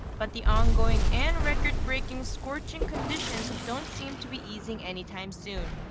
but the ongoing and record-breaking scorching conditions don't seem to be easing any time soon.